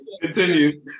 Continue